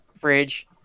fridge